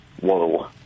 whoa